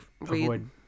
avoid